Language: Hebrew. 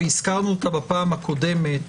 והזכרנו אותה בפעם הקודמת,